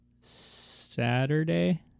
Saturday